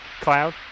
cloud